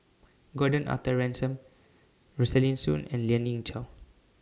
Gordon Arthur Ransome Rosaline Soon and Lien Ying Chow